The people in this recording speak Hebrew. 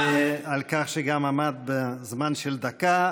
גם על כך שעמדת בזמן של דקה.